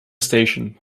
station